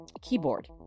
keyboard